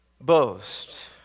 boast